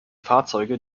fahrzeuge